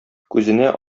күзенә